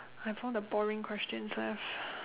I've all the boring questions left